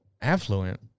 Affluent